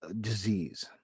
disease